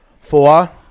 Four